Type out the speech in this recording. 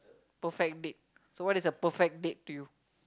perfect date so what is a perfect date to you